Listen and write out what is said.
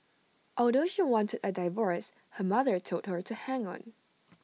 although she wanted A divorce her mother told her to hang on